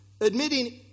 admitting